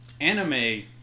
anime